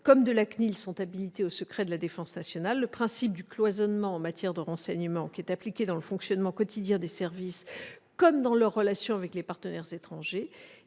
ceux de la CNIL, sont habilités au secret de la défense nationale, le principe du cloisonnement en matière de renseignement, qui s'applique au fonctionnement quotidien des services comme aux relations avec nos partenaires étrangers,